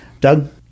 Doug